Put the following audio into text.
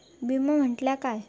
विमा म्हटल्या काय?